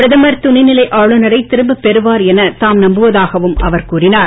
பிரதமர் துணைநிலை ஆளுநரை திரும்ப பெறுவார் என தாம் நம்புவதாகவும் அவர் கூறினார்